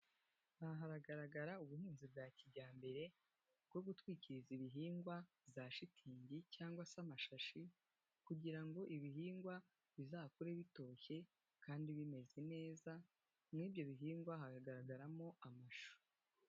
Aha haragaragara ubuhinzi bwa kijyambere, bwo gutwikiriza ibihingwa za shitingi cyangwa se amashashi, kugira ngo ibihingwa bizakure bitoshye kandi bimeze neza, nk'ibyo bihingwa hagaragaramo amashu.